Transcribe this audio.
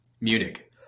Munich